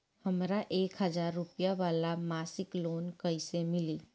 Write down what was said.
हमरा एक हज़ार रुपया वाला मासिक लोन कईसे मिली?